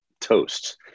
toast